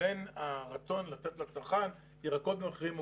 לבין הרצון לתת לצרכן ירקות במחירים הוגנים.